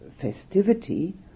festivity